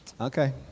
Okay